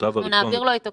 אנחנו נעביר לו את הכול.